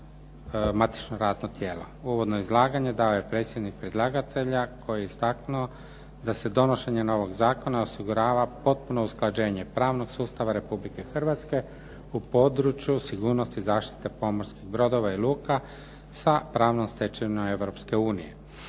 matično radno tijelo. Uvodno izlaganje dao je predstavnik predlagatelja koji je istaknuo da se donošenjem ovog zakona osigurava potpuno usklađenje pravnog sustava Republike Hrvatske u području sigurnosti i zaštite pomorskih brodova i luka sa pravnom stečevinom